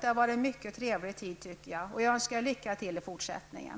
Det har varit en mycket trevlig tid. Jag önskar lycka till i fortsättningen.